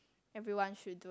everyone should do